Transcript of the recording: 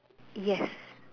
yes